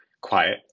quiet